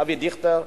אבי דיכטר.